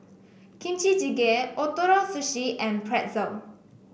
Kimchi Jjigae Ootoro Sushi and Pretzel